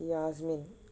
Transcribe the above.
yasmin